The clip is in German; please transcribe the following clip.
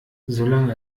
solange